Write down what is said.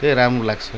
त्यही राम्रो लाग्छ